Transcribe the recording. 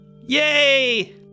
Yay